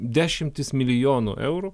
dešimis milijonų eurų